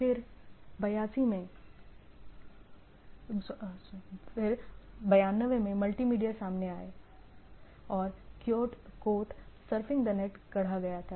फिर 92 में मल्टीमीडिया सामने आए और क्योंट सर्फिंग द नेट गढ़ा गया था